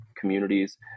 communities